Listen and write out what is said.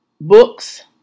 books